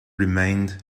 remained